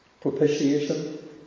propitiation